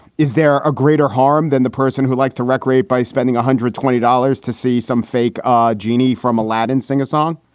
is there a greater harm than the person who like the wreck rate by spending one hundred twenty dollars to see some fake ah genie from aladdin sing a song?